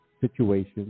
Situation